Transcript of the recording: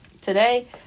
Today